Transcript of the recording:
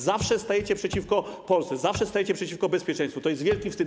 Zawsze stajecie przeciwko Polsce, zawsze stajecie przeciwko bezpieczeństwu - to jest wielki wstyd.